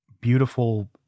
beautiful